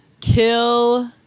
kill